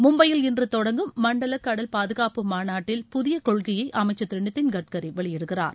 மும்பையில் இன்று தொடங்கும் மண்டல கடல் பாதுகாப்பு மாநட்டில் புதிய கொள்கையை அமைச்சர் திரு நிதின்கட்கரி வெளியிடுகிறார்